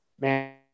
man